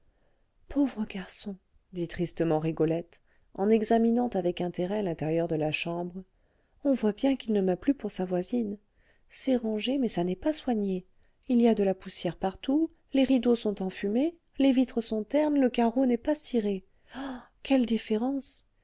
pauvre garçon dit tristement rigolette en examinant avec intérêt l'intérieur de la chambre on voit bien qu'il ne m'a plus pour sa voisine c'est rangé mais ça n'est pas soigné il y a de la poussière partout les rideaux sont enfumés les vitres sont ternes le carreau n'est pas ciré ah quelle différence